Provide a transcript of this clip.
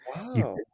wow